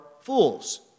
fools